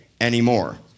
anymore